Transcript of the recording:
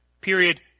period